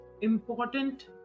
important